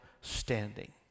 standing